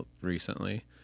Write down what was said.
recently